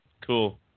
Cool